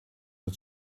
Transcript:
het